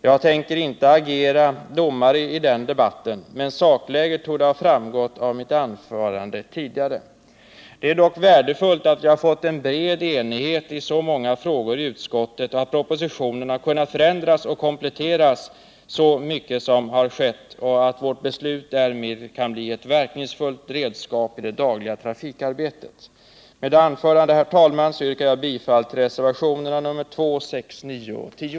Jag tänker inte agera domare i den debatten, men sakläget torde ha framgått av mitt anförande. Det är dock värdefullt att vi har fått en bred enighet i så många frågor i utskottet och att propositionen har kunnat förändras och kompletteras så mycket som har skett — och att vårt beslut därmed kan bli ett verkningsfullt redskap i det dagliga trafikarbetet. Herr talman! Med det anförda yrkar jag bifall till reservationerna 2,6,9 och 10.